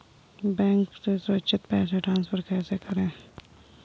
Bank से सुरक्षित पैसे ट्रांसफर कैसे करें?